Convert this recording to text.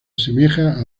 asemeja